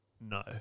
No